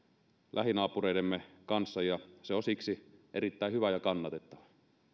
lähinaapureidemme kanssa ja se on siksi erittäin hyvä ja kannatettava